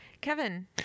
Kevin